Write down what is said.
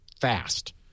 fast